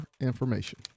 information